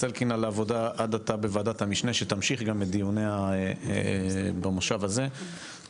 אלקין על עבודה עד עתה בוועדת המשנה שתמשיך גם את דיוניה במושב הזה,